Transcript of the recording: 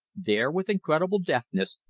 there, with incredible deftness,